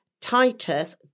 Titus